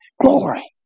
Glory